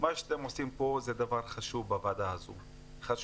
מה שאתם עושים פה בוועדה הזו זה דבר חשוב.